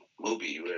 movie